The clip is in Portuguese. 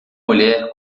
mulher